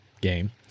game